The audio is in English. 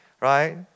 Right